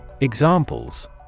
Examples